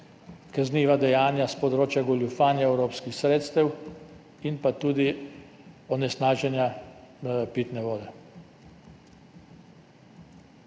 kazniva dejanja s področja goljufanja evropskih sredstev in pa tudi onesnaženja pitne vode.